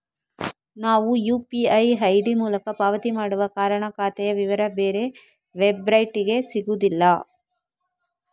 ನಾವು UPI ID ಮೂಲಕ ಪಾವತಿ ಮಾಡುವ ಕಾರಣ ಖಾತೆಯ ವಿವರ ಬೇರೆ ವೆಬ್ಸೈಟಿಗೆ ಸಿಗುದಿಲ್ಲ